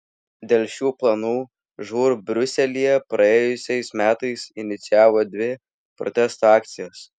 dėl šių planų žūr briuselyje praėjusiais metais inicijavo dvi protesto akcijas